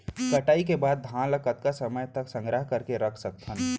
कटाई के बाद धान ला कतका समय तक संग्रह करके रख सकथन?